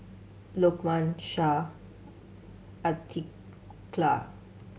Lokman Shah Aqilah